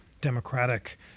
democratic